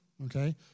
Okay